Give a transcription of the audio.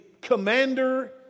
commander